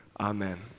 Amen